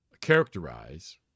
characterize